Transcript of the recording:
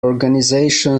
organisation